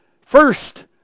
first